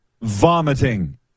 vomiting